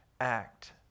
act